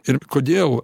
ir kodėl